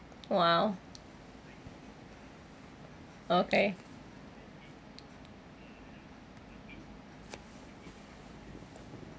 !wow! okay